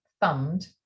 thumbed